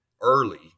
early